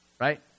Right